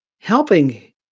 helping